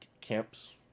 Camps